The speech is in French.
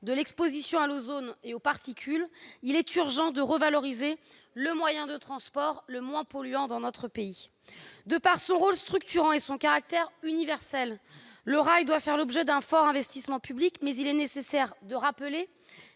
de l'exposition à l'ozone et aux particules, il est urgent de revaloriser le moyen de transport le moins polluant dans notre pays. De par son rôle structurant et son caractère universel, le rail doit faire l'objet d'un fort investissement public, mais il est nécessaire de rappeler